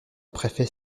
préfets